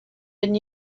been